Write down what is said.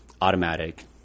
automatic